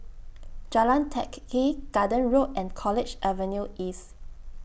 Jalan Teck Kee Garden Road and College Avenue East